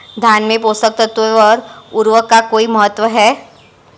धान में पोषक तत्वों व उर्वरक का कोई महत्व है?